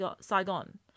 Saigon